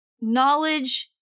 knowledge